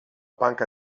panca